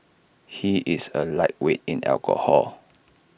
he is A lightweight in alcohol